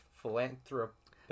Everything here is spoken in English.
Philanthropist